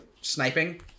sniping